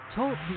Talk